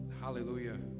Hallelujah